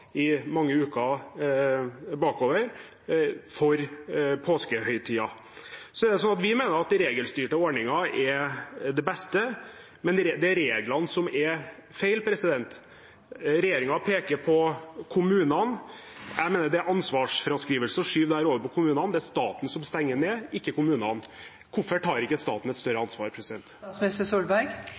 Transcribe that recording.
for påskehøytiden. Vi mener at regelstyrte ordninger er det beste, og at det er reglene som er feil. Regjeringen peker på kommunene. Jeg mener det er ansvarsfraskrivelse å skyve dette over på kommunene. Det er staten som stenger ned, ikke kommunene. Hvorfor tar ikke staten et større ansvar?